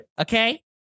Okay